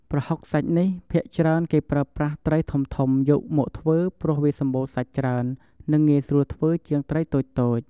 ប្រហុកសាច់នេះ ភាគច្រើនគេប្រើប្រាស់ត្រីធំៗយកមកធ្វើព្រោះវាសម្បូរសាច់ច្រើននិងងាយស្រួលធ្វើជាងត្រីតូចៗ។